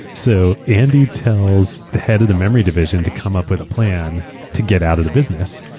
so andy tells the head of the memory division to come up with a plan to get out of the business.